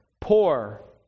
poor